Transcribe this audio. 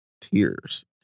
tears